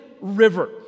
river